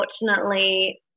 unfortunately